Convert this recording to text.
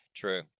True